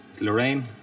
Lorraine